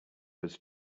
was